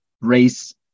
race